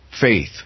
faith